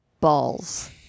balls